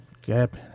gap